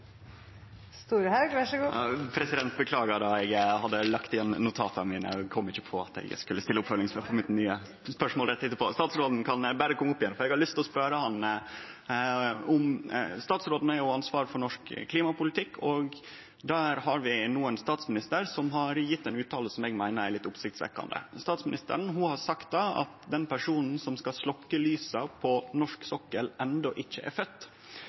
kan kome opp igjen, for eg har lyst til å stille han spørsmål. Statsråden er jo ansvarleg for norsk klimapolitikk, og vi har no ein statsminister som har gjeve ein uttale som eg meiner er litt oppsiktsvekkjande. Statsministeren har sagt at den personen som skal sløkkje lyset på norsk sokkel, enno ikkje er